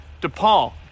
DePaul